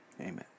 amen